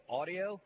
audio